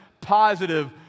positive